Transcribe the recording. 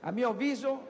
A mio avviso,